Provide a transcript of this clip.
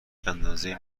اندازه